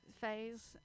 phase